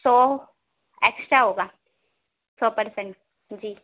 سو extra ہوگا سو percent جی